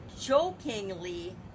jokingly